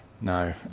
no